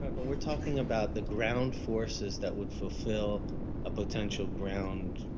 but we're talking about the ground forces that would fulfil a potential ground